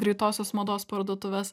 greitosios mados parduotuves